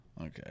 Okay